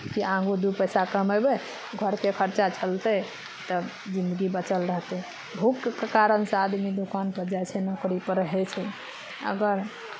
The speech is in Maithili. कि आगो दू पैसा कमयबै घरके खर्चा चलतै तब जिन्दगी बचल रहतै भूखके कारणसँ आदमी दोकानपर जाइ छै नौकरीपर रहै छै अगर